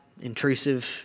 intrusive